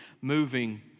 moving